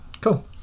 cool